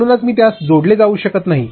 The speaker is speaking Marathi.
म्हणून मी त्यास जोडले जाऊ शकत नाही